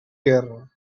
guerra